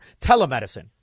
Telemedicine